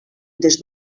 des